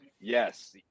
Yes